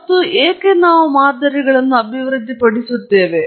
ಮತ್ತು ಏಕೆ ನಾವು ಮಾದರಿಗಳನ್ನು ಅಭಿವೃದ್ಧಿಪಡಿಸುತ್ತೇವೆ